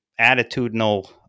attitudinal